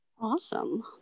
Awesome